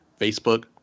Facebook